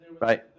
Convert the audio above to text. Right